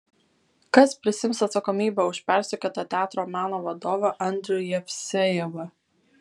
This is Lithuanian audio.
kas prisiims atsakomybę už persekiotą teatro meno vadovą andrių jevsejevą